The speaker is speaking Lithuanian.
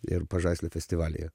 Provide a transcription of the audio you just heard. ir pažaislio festivalyje